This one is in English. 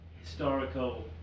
historical